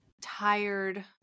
tired